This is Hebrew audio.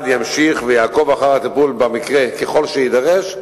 ימשיך ויעקוב אחר הטיפול במקרה ככל שיידרש,